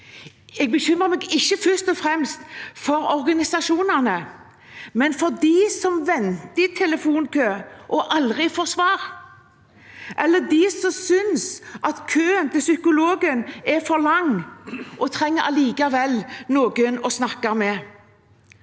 Jeg bekymrer meg ikke først og fremst for organisasjonene, men for dem som venter i telefonkø og aldri får svar, eller for dem som synes at køen til psykologen er for lang, men likevel trenger noen å snakke med.